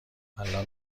الان